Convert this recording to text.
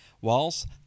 whilst